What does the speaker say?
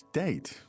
date